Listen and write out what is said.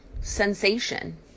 sensation